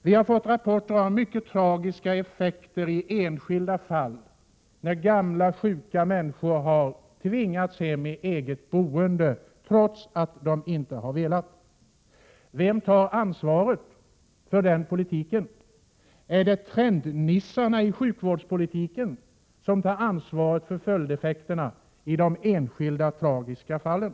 Vi har fått rapporter om mycket tragiska effekter i enskilda fall där gamla, sjuka människor mot sin vilja tvingats till eget boende. Vem ansvarar för en sådan politik? Är det trendnissarna i sjukvårdspolitiken som har ansvaret för följdeffekterna i de enskilda, tragiska fallen?